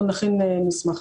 אנחנו נכין מסמך.